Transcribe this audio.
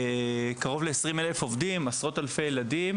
קרוב ל-20 אלף עובדים, עשרות אלפי ילדים.